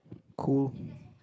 cool